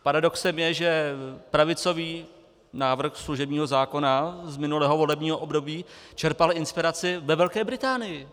Paradoxem je, že pravicový návrh služebního zákona z minulého volebního období čerpal inspiraci ve Velké Británii.